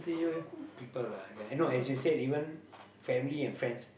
people lah I know as you said even family and friends